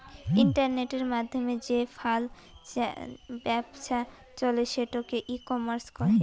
ইন্টারনেটের মাধ্যমে যে ফাল ব্যপছা চলে সেটোকে ই কমার্স কহে